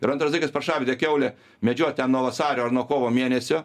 ir antras dalykas paršavedė kiaulė medžiot ten nuo vasario ar nuo kovo mėnesio